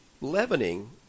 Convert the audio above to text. leavening